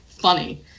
funny